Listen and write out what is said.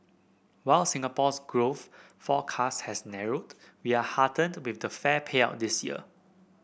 while Singapore's growth forecast has narrowed we are heartened with the fair payout this year